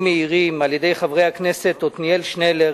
מהירים שהציעו חברי הכנסת עתניאל שנלר,